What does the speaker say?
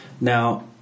Now